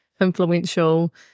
influential